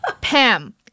Pam